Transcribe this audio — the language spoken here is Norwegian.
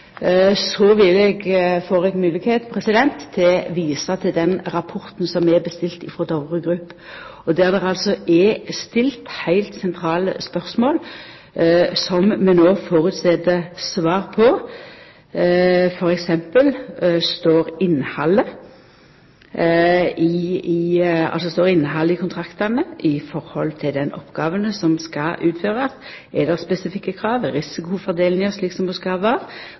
Så må eg få lov til å koma tilbake til det i dei årlege budsjetta. Når det gjeld på kva måte vi no klarar å følgja opp, får eg moglegheit til å visa til den rapporten som er bestilt frå Dovre Group, der det er stilt heilt sentrale spørsmål som vi no føreset svar på, som f.eks.: Står innhaldet i kontraktane i forhold til den oppgåva som skal utførast? Er det spesifikke